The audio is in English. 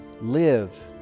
live